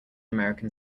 american